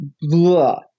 blah